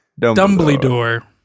Dumbledore